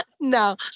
no